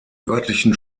örtlichen